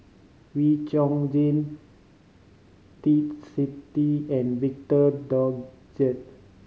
Wee Chong Jin Twisstii and Victor Doggett